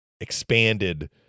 expanded –